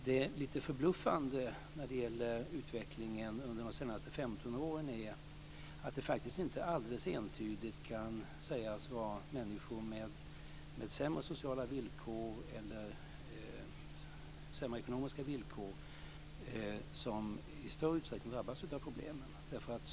Det är lite förbluffande att utvecklingen under de senaste 15 åren visar att man inte entydigt kan säga att det är människor med sämre sociala och ekonomiska villkor som i större utsträckning drabbas av dessa problem.